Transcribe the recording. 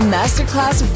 Masterclass